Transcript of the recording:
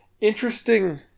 interesting